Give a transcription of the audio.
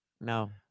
No